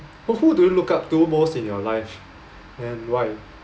wh~ who do you look up to most in your life and why